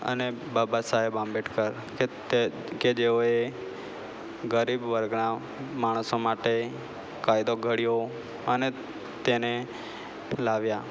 અને બાબા સાહેબ આંબેડકર કે તે કે જેઓએ ગરીબ વર્ગના માણસો માટે કાયદો ઘડ્યો અને તેને લાવ્યા